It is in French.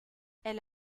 elle